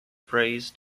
praise